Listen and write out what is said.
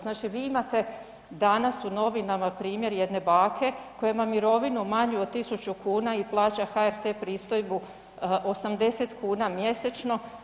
Znači, vi imate danas u novinama primjer jedne bake koja ima mirovinu manju od tisuću kuna i plaća HRT-e pristojbu 80 kuna mjesečno.